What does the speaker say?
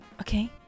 Okay